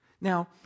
Now